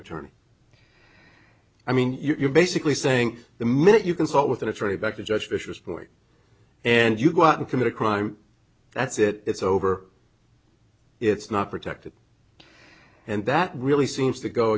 attorney i mean you're basically saying the minute you consult with an attorney back to judge vicious court and you go out and commit a crime that's it it's over it's not protected and that really seems to go